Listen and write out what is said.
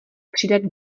přidat